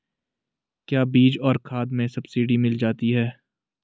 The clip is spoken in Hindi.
क्या बीज और खाद में सब्सिडी मिल जाती है?